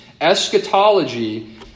eschatology